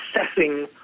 assessing